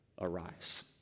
arise